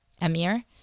emir